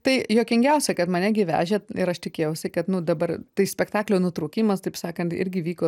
tai juokingiausia kad mane gi vežė ir aš tikėjausi kad nu dabar tai spektaklio nutraukimas taip sakant irgi vyko